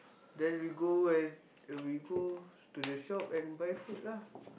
then we go and we go to the shop and buy food lah